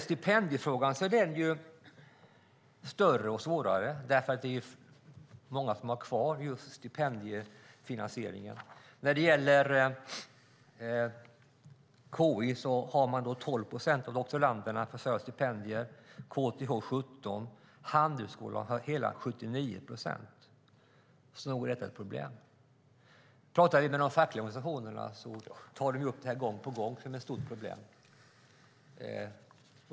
Stipendiefrågan är större och svårare eftersom det är många som har kvar stipendiefinansieringen. Vid KI försörjs 12 procent av doktoranderna av stipendier. Vid KTH är det 17 procent och vid Handelshögskolan hela 79 procent - så nog är detta ett problem. När vi talar med de fackliga organisationerna tar de upp detta gång på gång som ett stort problem.